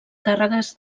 càrregues